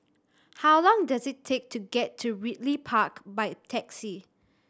how long does it take to get to Ridley Park by taxi